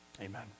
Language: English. amen